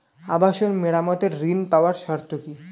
আবাসন মেরামতের ঋণ পাওয়ার শর্ত কি?